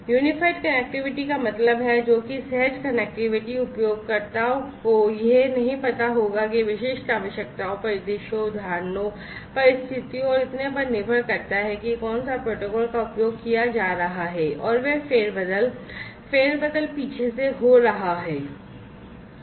Unified connectivity का मतलब है जो कि सहज कनेक्टिविटी उपयोगकर्ताओं को यह नहीं पता होगा कि विशिष्ट आवश्यकताओं परिदृश्यों उदाहरणों परिस्थितियों और इतने पर निर्भर करता है कि कौन से प्रोटोकॉल का उपयोग किया जा रहा है और वे फेरबदल फेरबदल पीछे से हो रहा हैं